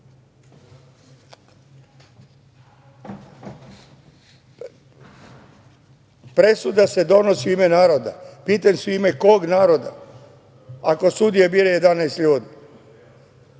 treba. Presuda se donosi u ime naroda. Pitam se – u ime kog naroda ako sudije bira 11 ljudi?